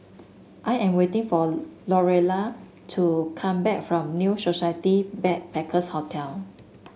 I am waiting for Lorelei to come back from New Society Backpackers' Hotel